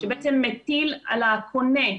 שבעצם מטיל על הקונה,